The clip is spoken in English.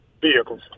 vehicles